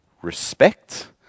respect